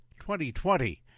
2020